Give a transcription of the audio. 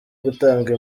gutanga